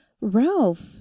Ralph